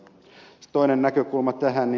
sitten toinen näkökulma tähän